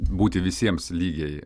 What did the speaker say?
būti visiems lygiai